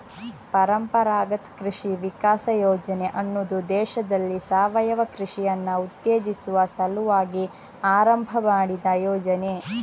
ಪರಂಪರಾಗತ್ ಕೃಷಿ ವಿಕಾಸ ಯೋಜನೆ ಅನ್ನುದು ದೇಶದಲ್ಲಿ ಸಾವಯವ ಕೃಷಿಯನ್ನ ಉತ್ತೇಜಿಸುವ ಸಲುವಾಗಿ ಆರಂಭ ಮಾಡಿದ ಯೋಜನೆ